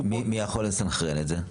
מי יכול לסנכרן את זה?